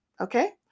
Okay